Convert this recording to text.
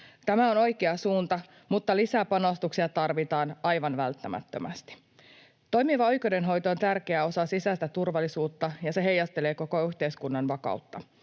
Tämä on oikea suunta, mutta lisäpanostuksia tarvitaan aivan välttämättömästi. Toimiva oikeudenhoito on tärkeä osa sisäistä turvallisuutta, ja se heijastelee koko yhteiskunnan vakautta.